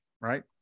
right